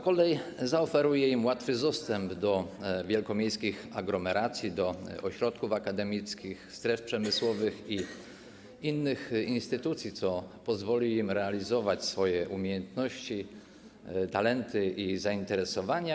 Kolej zaoferuje im łatwy dostęp do wielkomiejskich aglomeracji, do ośrodków akademickich, stref przemysłowych i innych instytucji, co pozwoli im realizować swoje umiejętności, talenty i zainteresowania.